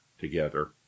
together